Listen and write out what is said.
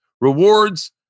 rewards